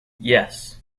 yes